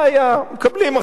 מקבלים החלטה,